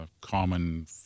common